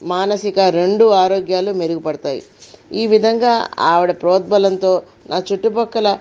మానసిక రెండు ఆరోగ్యాలు మెరుగుపడతాయి ఈ విధంగా ఆవిడ ప్రోద్భలంతో నా చుట్టుప్రక్కల